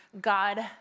God